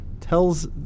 tells